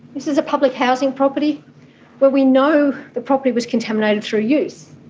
this is a public housing property where we know the property was contaminated through use.